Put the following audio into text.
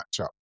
matchup